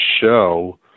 show